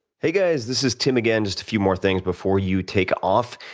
hey guys. this is tim again. just a few more things before you take off.